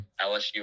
LSU